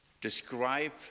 describe